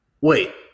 wait